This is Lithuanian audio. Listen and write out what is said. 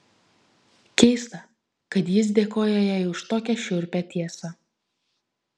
keista kad jis dėkoja jai už tokią šiurpią tiesą